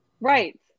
Right